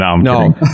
No